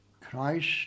Christ